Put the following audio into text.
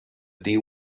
deal